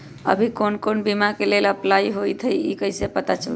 अभी कौन कौन बीमा के लेल अपलाइ होईत हई ई कईसे पता चलतई?